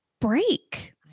break